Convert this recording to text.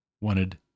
wanted